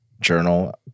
journal